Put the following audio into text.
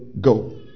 go